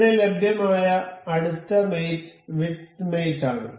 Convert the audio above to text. ഇവിടെ ലഭ്യമായ അടുത്ത മേറ്റ് വിഡ്ത് മേറ്റ് ആണ്